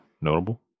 notable